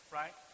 right